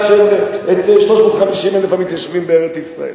350,000 המתיישבים בארץ-ישראל.